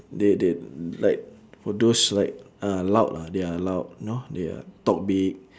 they they like for those who like uh loud ah they are loud you know they are talk big